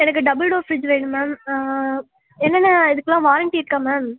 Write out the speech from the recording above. எனக்கு double door fridge வேணும் ma'am என்னென்ன இதுக்கெலாம் வாரண்டி இருக்கா மேம்